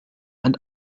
and